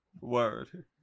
word